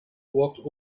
walked